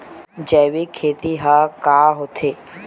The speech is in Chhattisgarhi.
जैविक खेती ह का होथे?